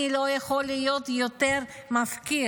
אני לא יכול להיות יותר מפקיר.